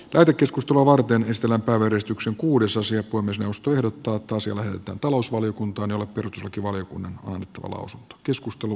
taidekeskustulovuorten estellä päivystyksen kuudes osia kuin myös noustu irrottautua sille että talousvaliokuntaan albert lakivaliokunnan kokous arvoisa puhemies